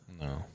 No